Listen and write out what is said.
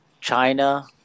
China